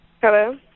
hello